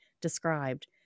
described